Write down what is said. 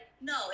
no